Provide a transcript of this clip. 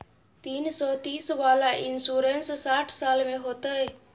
तीन सौ तीस वाला इन्सुरेंस साठ साल में होतै?